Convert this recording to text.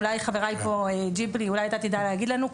אולי חברי פה ג'יבלי אולי אתה תדע להגיד לנו,